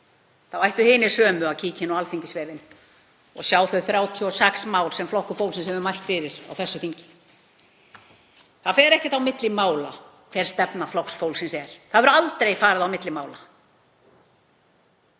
hinu ættu hinir sömu að kíkja inn á alþingisvefinn og sjá þau 36 mál sem Flokkur fólksins hefur mælt fyrir á þessu þingi. Það fer ekki á milli mála hver stefna Flokks fólksins er. Það hefur aldrei farið á milli mála.